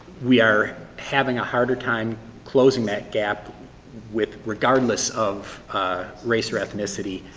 we are having a harder time closing that gap with regardless of race or ethnicity.